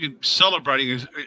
celebrating